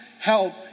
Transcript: help